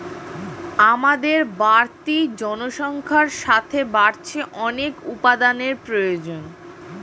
আমাদের বাড়তি জনসংখ্যার সাথে বাড়ছে অনেক উপাদানের প্রয়োজন